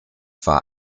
war